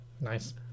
Nice